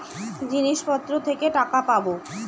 জিনিসপত্র থেকে টাকা পাবো